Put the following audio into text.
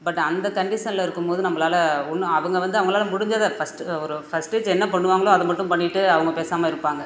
but அந்த கண்டிஷன்ல இருக்கும்போது நம்மளால ஒன்று அவங்க வந்து அவங்களால முடிஞ்சதை ஃபர்ஸ்ட் ஒரு ஃபர்ஸ்ட்டு சே என்ன பண்ணுவாங்களோ அதை மட்டும் பண்ணிவிட்டு அவங்க பேசாமல் இருப்பாங்க